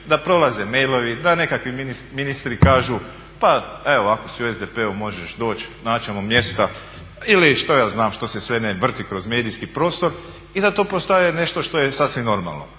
da prolaze mailovi, da nekakvi ministri kažu pa evo ako si u SDP-u možeš doći, naći ćemo mjesta ili što ja znam što se sve ne vrti kroz medijski prostor i da to postaje nešto što je sasvim normalno.